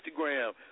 Instagram